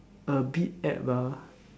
a bit apt ah